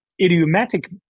idiomatic